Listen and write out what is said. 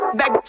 back